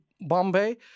Bombay